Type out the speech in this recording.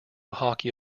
hockey